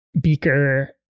Beaker